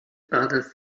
other